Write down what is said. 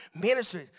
ministry